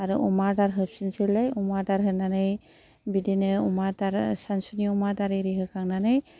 आरो अमा आदार होफिनसैलाय अमा आदार होनानै बिदिनो अमा आदार सानसुनि अमा आदार इरि होखांनानै